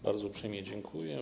Bardzo uprzejmie dziękuję.